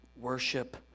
worship